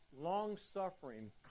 long-suffering